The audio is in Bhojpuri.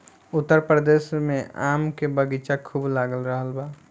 उत्तर प्रदेश में आम के बगीचा खूब लाग रहल बा